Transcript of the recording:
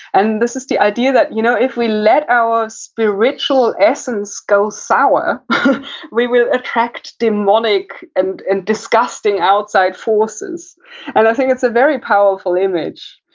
and this is the idea that you know, if we let our spiritual essence go sour we will attract demonic and and disgusting outside forces and, i think it's a very powerful image.